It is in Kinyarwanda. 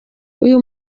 uyu